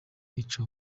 ica